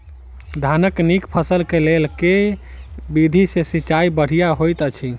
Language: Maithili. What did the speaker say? धानक नीक फसल केँ लेल केँ विधि सँ सिंचाई बढ़िया होइत अछि?